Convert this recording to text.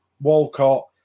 Walcott